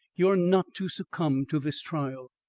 you are not to succumb to this trial.